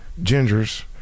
Gingers